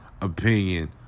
opinion